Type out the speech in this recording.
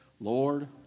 Lord